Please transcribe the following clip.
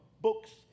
books